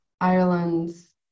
Ireland's